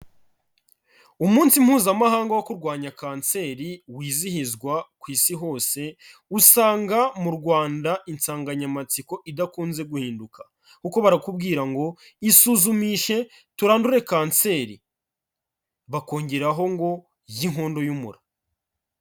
Umunsi Mpuzamahanga wo kurwanya kanseri wizihizwa ku Isi hose usanga mu Rwanda insanganyamatsiko idakunze guhinduka kuko barakubwira ngo isuzumishe turarandure kanseri, bakongeraho ngo y'inkondo y'umura.